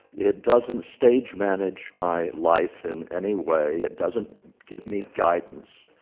it doesn't stage manage my life in any way. it doesn't give me guidance.